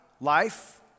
Life